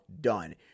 done